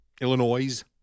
Illinois